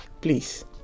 Please